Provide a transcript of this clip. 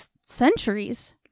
centuries